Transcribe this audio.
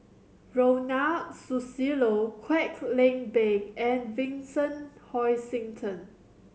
Ronald Susilo Kwek Leng Beng and Vincent Hoisington